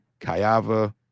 Kayava